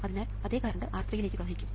അതിനാൽ അതേ current R3 ലേക്ക് പ്രവഹിക്കും